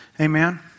Amen